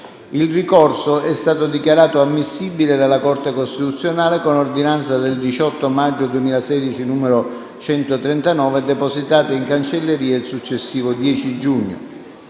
Il ricorso è stato dichiarato ammissibile dalla Corte costituzionale con ordinanza del 18 maggio 2016, n. 139, depositata in cancelleria il successivo 10 giugno.